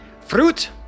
Fruit